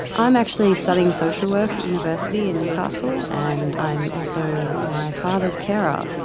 i'm actually studying social work at university in newcastle, and i'm also my father's carer.